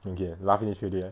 okay laugh finish already right